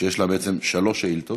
שיש לה שלוש שאילתות,